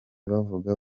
bavuga